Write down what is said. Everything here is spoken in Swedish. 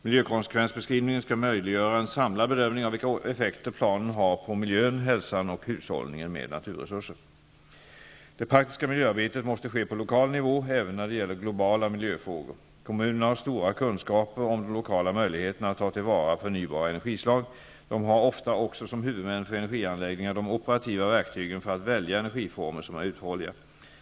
Miljökonsekvensbeskrivningen skall möjliggöra en samlad bedömning av vilka effekter planen har på miljön, hälsan och hushållningen med naturresurser. Det praktiska miljöarbetet måste ske på lokal nivå även när det gäller globala miljöfrågor. Kommunerna har stora kunskaper om de lokala möjligheterna att ta till vara förnybara energislag. De har ofta också, som huvudmän för energianläggningar, de operativa verktygen för att välja energiformer som är uthålliga.